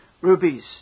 rubies